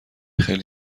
خیلی